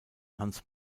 hans